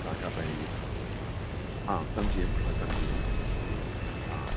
तव्हां खां पहिरीं जेका हा सम्झी वियमि मां सम्झी वियमि हा